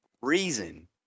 reason